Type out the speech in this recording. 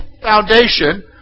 foundation